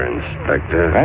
Inspector